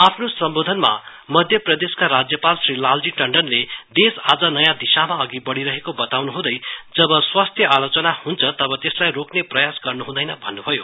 आफ्नो सम्बोधनमा मध्यप्रदेशका राज्यपाल श्री लालजी टन्डनले देश आज नयाँ दिशामा अघि बढ़ीरहेको बताउन् हुँदै जब स्वास्थ्या आलोचना हुन्छ तब त्यसलाई रोक्न प्रयास हुनुहुँदैन भन्नुभयो